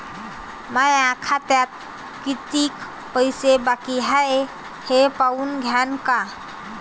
माया खात्यात कितीक पैसे बाकी हाय हे पाहून द्यान का?